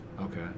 Okay